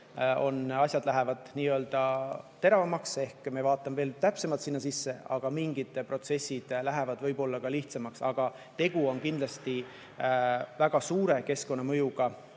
lähevad nii-öelda teravamaks ehk me vaatame veel täpsemalt sinna sisse, aga mingid protsessid lähevad võib-olla ka lihtsamaks. Aga tegu on kindlasti väga suure keskkonnamõjuga